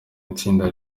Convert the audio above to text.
itsinda